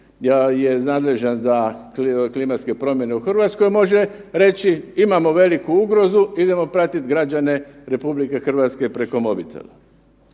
je nadležan za klimatske promjene u RH može reći imamo veliku ugrozu idemo pratiti građane RH preko mobitela.